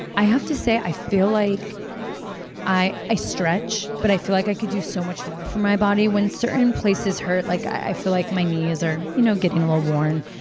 i have to say i feel like i. i stretch, but i feel like i could do so much more for my body. when certain places hurt, like i feel like my knees are you know getting a little worn,